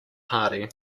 party